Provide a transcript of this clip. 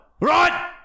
Right